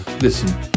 Listen